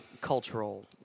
cultural